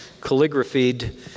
calligraphied